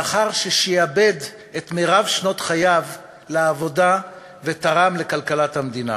לאחר ששעבד את מרב שנות חייו לעבודה ותרם לכלכלת המדינה.